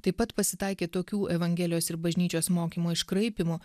taip pat pasitaikė tokių evangelijos ir bažnyčios mokymo iškraipymų